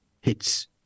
hits